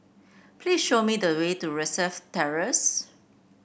please show me the way to Rosyth Terrace